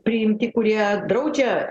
priimti kurie draudžia